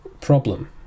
problem